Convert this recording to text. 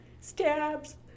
stabs